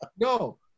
No